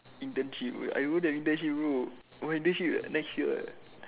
internship I don't have internship bro my internship next year eh